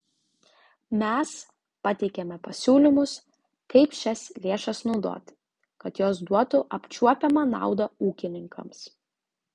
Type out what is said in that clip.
mes pateikėme pasiūlymus kaip šias lėšas naudoti kad jos duotų apčiuopiamą naudą ūkininkams